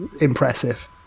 impressive